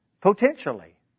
Potentially